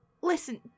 listen